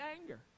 anger